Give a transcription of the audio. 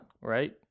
right